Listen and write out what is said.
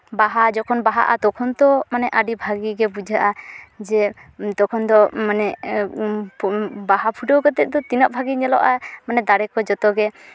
ᱵᱟᱦᱟ ᱡᱚᱠᱷᱚᱱ ᱵᱟᱦᱟᱜᱼᱟ ᱛᱚᱠᱷᱚᱱ ᱛᱚ ᱟᱹᱰᱤ ᱵᱷᱟᱜᱮ ᱜᱮ ᱵᱩᱡᱷᱟᱹᱜᱼᱟ ᱡᱮ ᱛᱚᱠᱷᱚᱱ ᱫᱚ ᱢᱟᱱᱮ ᱵᱟᱦᱟ ᱯᱷᱩᱴᱟᱹᱣ ᱠᱟᱛᱮ ᱫᱚ ᱛᱤᱱᱟᱹᱜ ᱵᱷᱟᱜᱮ ᱧᱮᱞᱚᱜᱼᱟ ᱢᱟᱱᱮ ᱫᱟᱨᱮᱠᱚ ᱡᱚᱛᱚ ᱜᱮ